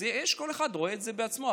אז כל אחד רואה את זה בעצמו,